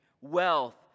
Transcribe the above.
wealth